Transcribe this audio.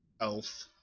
Elf